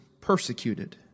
persecuted